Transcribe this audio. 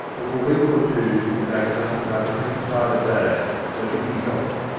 but for a week or two she could make nothing like twenty-five a day, though dicky helped.